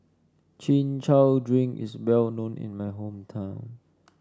Chin Chow Drink is well known in my hometown